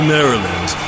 Maryland